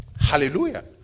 Hallelujah